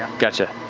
gotcha.